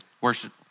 worship